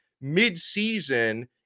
mid-season